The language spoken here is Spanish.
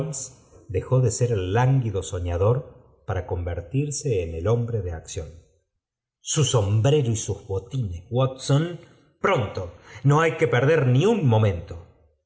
dejó de ser el lánguido soñador para convertirse en el hombre de acción su sombrero y sus botines watson i pronto í no hay que perder ni un momento